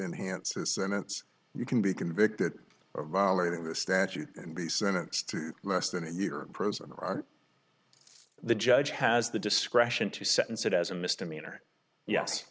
in hansen's sentence you can be convicted of violating the statute and be sentenced to less than a year of prison are the judge has the discretion to sentence it as a misdemeanor yes